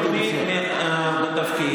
נאמת שלוש דקות מהצד,